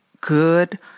good